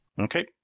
Okay